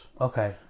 Okay